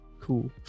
Cool